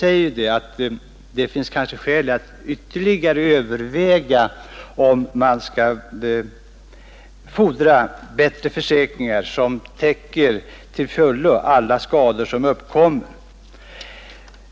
Statsrådet säger att det kanske är skäl att ytterligare överväga om man skall fordra bättre försäkringar som till fullo täcker alla skador som uppkommer.